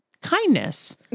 kindness